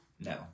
No